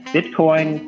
Bitcoin